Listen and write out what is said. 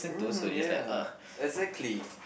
mm ya exactly